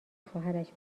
خواهرش